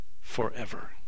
forever